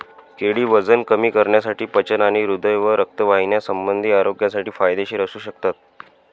केळी वजन कमी करण्यासाठी, पचन आणि हृदय व रक्तवाहिन्यासंबंधी आरोग्यासाठी फायदेशीर असू शकतात